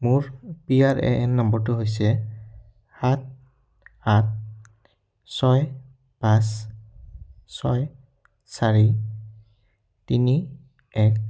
মোৰ P R A N নম্বৰটো হৈছে সাত সাত ছয় পাঁচ ছয় চাৰি তিনি এক